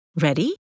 Ready